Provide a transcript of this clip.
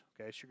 Okay